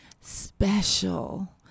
special